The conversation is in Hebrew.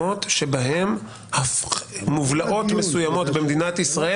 למקומות שבהם מובלעות מסוימות במדינת ישראל